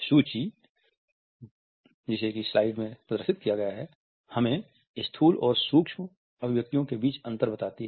यह सूची हमें स्थूल और सूक्ष्म अभिव्यक्तियों के बीच अंतर बताती है